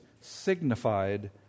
signified